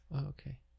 Okay